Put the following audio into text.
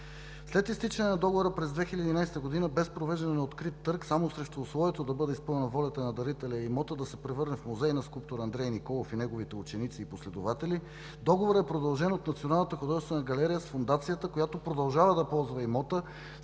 След изтичане на договора през 2011 г. без провеждане на открит търг, само срещу условието да бъде изпълнена волята на дарителя и имотът да се превърне в музей на скулптора Андрей Николов и неговите ученици и последователи, договорът е продължен от Националната художествена галерия с Фондацията, която продължава да ползва имота